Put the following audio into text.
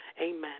Amen